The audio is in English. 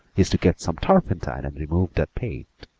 is to get some turpentine and remove that paint.